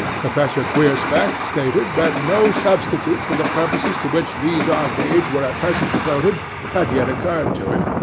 professor queerspeck stated that no substitute for the purposes to which these arcades were at present devoted had yet occurred to him,